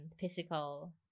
physical